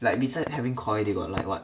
like besides having Koi they got like what